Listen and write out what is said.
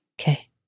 Okay